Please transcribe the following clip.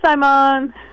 Simon